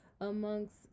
amongst